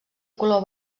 color